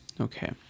Okay